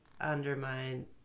undermine